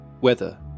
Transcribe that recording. Weather